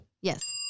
Yes